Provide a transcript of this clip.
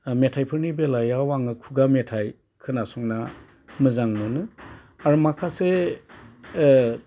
मेथाइफोरनि बेलायाव आङो खुगा मेथाइ खोनासंना मोजां मोनो आरो माखासे